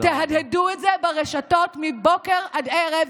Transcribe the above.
תהדהדו את זה ברשתות מבוקר עד ערב.